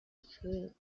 film